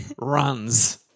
runs